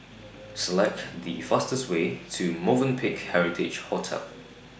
Select The fastest Way to Movenpick Heritage Hotel